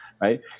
right